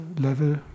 level